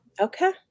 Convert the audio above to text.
okay